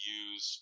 use